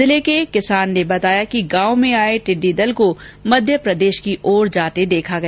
जिले के किसान ने बताया कि गांव में आए टिड्डी दल को मध्यप्रदेश की ओर जाते देखा गया